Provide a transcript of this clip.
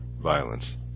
violence